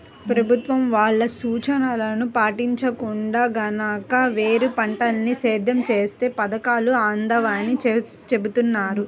ప్రభుత్వం వాళ్ళ సూచనలను పాటించకుండా గనక వేరే పంటల్ని సేద్యం చేత్తే పథకాలు అందవని చెబుతున్నారు